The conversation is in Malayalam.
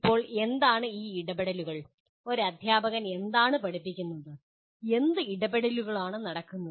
ഇപ്പോൾ എന്താണ് ഈ ഇടപെടലുകൾ ഒരു അധ്യാപകൻ എന്താണ് പഠിപ്പിക്കുന്നത് എന്ത് ഇടപെടലുകളാണ് നടക്കുന്നത്